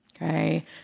Okay